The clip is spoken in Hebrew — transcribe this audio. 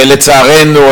ולצערנו,